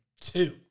two